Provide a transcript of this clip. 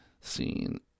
scene